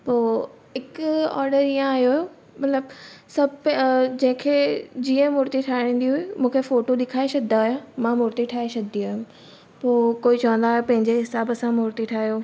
पोइ हिकु ऑडर ईअं आयो हुयो मतिलबु सभु पिया जंहिंखे जीअं मूर्ती ठाराहींदी हुई मूंखे फ़ोटू ॾेखारे छॾींदा हुया मां मूर्ती ठाहे छॾींदी हुयमि पोइ कोई चवंदा हुआ पंहिंजे हिसाब सां मूर्ती ठाहियो